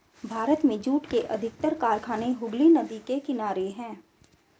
भारत में जूट के अधिकतर कारखाने हुगली नदी के किनारे हैं